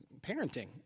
parenting